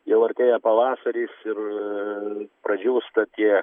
jau artėja pavasaris ir pradžiūsta tie